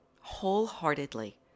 wholeheartedly